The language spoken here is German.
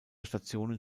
stationen